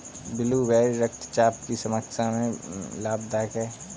blueberry रक्तचाप की समस्या में लाभदायक है